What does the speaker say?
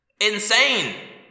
Insane